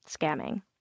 scamming